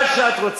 מה שאת רוצה,